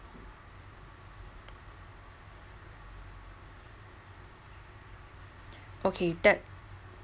okay that